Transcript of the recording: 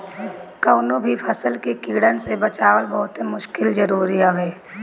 कवनो भी फसल के कीड़न से बचावल बहुते जरुरी हवे